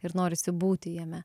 ir norisi būti jame